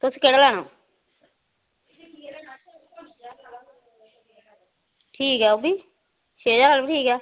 तुसें केह्ड़ा लैनां ठीक ऐ ओह् बी छे ज्हार बी ठीक ऐ